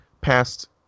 past